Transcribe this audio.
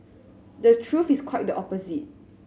the truth is quite the opposite